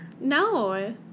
No